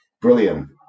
brilliant